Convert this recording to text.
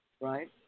Right